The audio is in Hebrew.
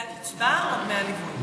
זה הקצבה או דמי הליווי?